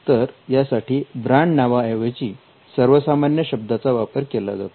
तर यासाठी ब्रँड नावाऐवजी सर्वसामान्य शब्दांचा वापर केला जातो